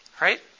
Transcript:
Right